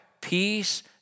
peace